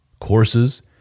courses